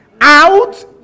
out